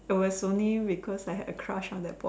it was only because I had a crush on that